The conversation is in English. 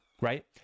right